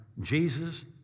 Jesus